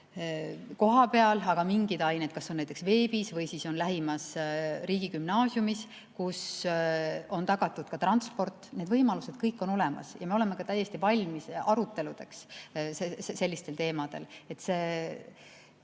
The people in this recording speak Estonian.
kohapeal, aga mingeid aineid kas näiteks veebis või siis lähimas riigigümnaasiumis, kuhu on tagatud ka transport. Need võimalused kõik on olemas ja me oleme ka täiesti valmis aruteludeks sellistel teemadel. Keegi